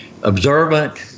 observant